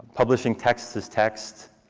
publishing text as text.